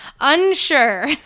unsure